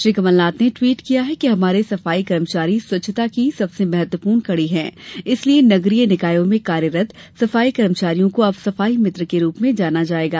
श्री कमलनाथ ने ट्वीट किया कि हमारे सफाई कर्मचारी स्वच्छता की सबसे महत्वपूर्ण कड़ी हैं इसलिए नगरीय निकायों में कार्यरत सफाई कर्मचारियों को अब सफाई मित्र के रूप में जाना जाएगा